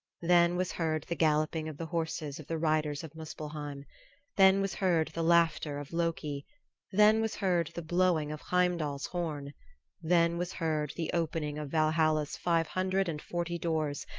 then was heard the galloping of the horses of the riders of muspelheim then was heard the laughter of loki then was heard the blowing of heimdall's horn then was heard the opening of valhalla's five hundred and forty doors,